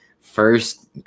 first